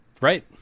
Right